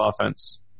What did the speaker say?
offense